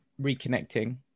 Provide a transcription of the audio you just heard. reconnecting